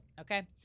okay